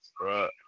Right